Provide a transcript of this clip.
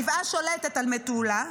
גבעה שולטת על מטולה.